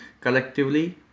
collectively